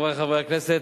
חברי חברי הכנסת,